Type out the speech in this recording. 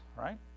right